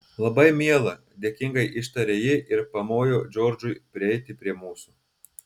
labai miela dėkingai ištarė ji ir pamojo džordžui prieiti prie mūsų